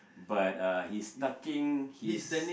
but uh he's tucking his